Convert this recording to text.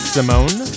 Simone